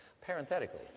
Parenthetically